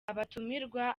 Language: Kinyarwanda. abatumirwa